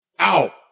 Ow